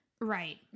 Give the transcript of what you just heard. Right